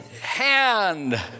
hand